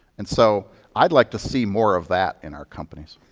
and so i'd like to see more of that in our companies.